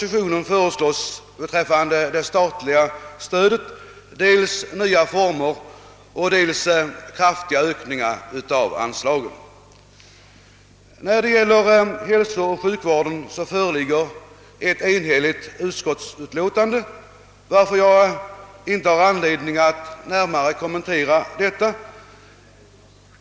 Det föreslås beträffande det statliga stödet dels nya former, dels kraftiga ökningar av anslagen. Vad beträffar hälsooch sjukvård föreligger ett enhälligt utskottsutlåtande, varför jag inte har anledning att närmare kommentera detta.